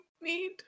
need